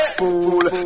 fool